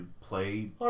play